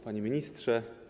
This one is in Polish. Panie Ministrze!